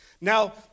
Now